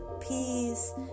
peace